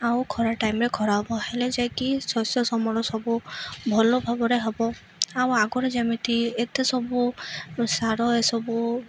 ଆଉ ଖରା ଟାଇମ୍ରେ ଖରା ହବ ହେଲେ ଯାଇକି ଶସ୍ୟ ଅମଳ ସବୁ ଭଲ ଭାବରେ ହବ ଆଉ ଆଗରେ ଯେମିତି ଏତେ ସବୁ ସାର ଏସବୁ